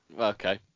okay